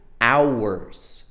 hours